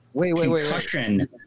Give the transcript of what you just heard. concussion